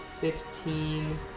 fifteen